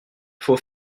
faut